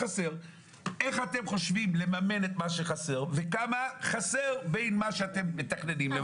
איך אתם חושבים לממן את מה שחסר וכמה חסר בין מה שאתם מתכננים לממן,